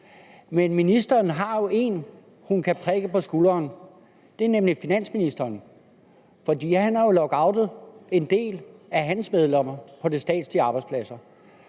Men ministeren har jo en, hun kan prikke på skulderen, nemlig finansministeren. For han har jo lockoutet en del af sine medlemmer på de statslige arbejdspladser.